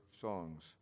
songs